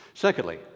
Secondly